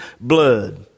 blood